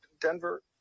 Denver